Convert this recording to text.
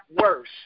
worse